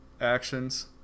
actions